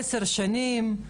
עשר שנים,